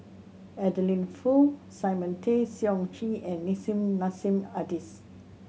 Adeline Foo Simon Tay Seong Chee and Nissim Nassim Adis